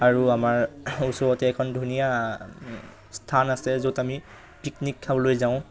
আৰু আমাৰ ওচৰতে এখন ধুনীয়া স্থান আছে য'ত আমি পিকনিক খাবলৈ যাওঁ